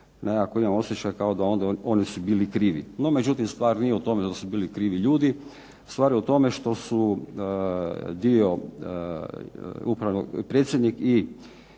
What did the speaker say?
Nekako imam osjećaj kao da onda oni su bili krivi. No međutim nije stvar u tome da su bili krivi ljudi, stvar je u tome što su dio, predsjednik i